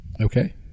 okay